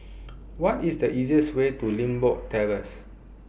What IS The easiest Way to Limbok Terrace